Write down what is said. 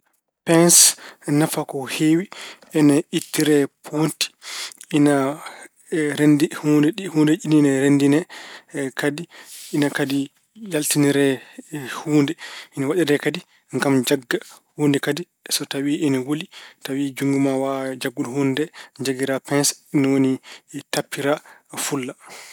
Peens ina nafa ko heewi. Ene ittire poonti. Ina renndi- huun- huundeji ɗiɗi ne renndine. Kadi, ine kadi yaltinire huunde. Ina waɗiree kadi ngam jagga huunde kadi so tawi ena wuli, tawi juutngo ma waawaa jaggude huunde nde, njaggira peens ni woni tampira wulla.